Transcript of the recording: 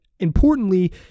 Importantly